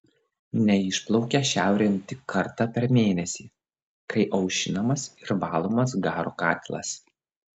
neišplaukia šiaurėn tik kartą per mėnesį kai aušinamas ir valomas garo katilas